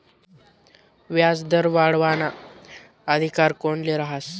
व्याजदर वाढावाना अधिकार कोनले रहास?